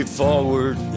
forward